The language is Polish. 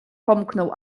pomknął